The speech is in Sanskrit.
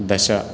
दश